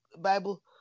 Bible